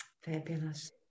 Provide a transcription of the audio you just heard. Fabulous